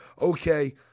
okay